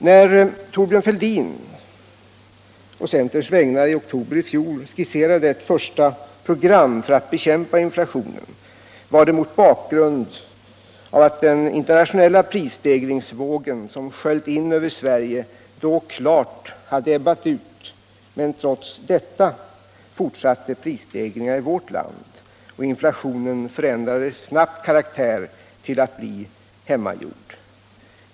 När Thorbjörn Fälldin på centerns vägnar i oktober i fjol skisserade ett första program för att bekämpa inflationen var det mot bakgrund av att den internationella prisstegringsvågen, som sköljt in över Sverige, då klart hade ebbat ut. Men trots detta fortsatte prisstegringarna i vårt land, och inflationen förändrade snabbt karaktär till att bli hemmagjord.